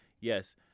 yes